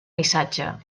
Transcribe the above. missatge